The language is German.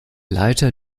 leiter